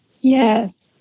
Yes